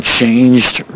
changed